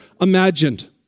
imagined